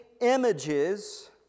images